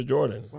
Jordan